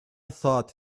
thought